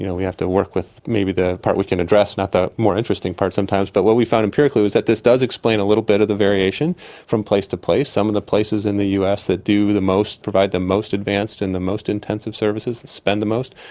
you know we have to work with maybe the part we can address, not the more interesting part sometimes. but what we found empirically was that this does explain a little bit of the variation from place to place some of the places in the us that do the most. provide the most advanced and the most intensive services, spend the most,